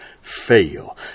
fail